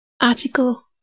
article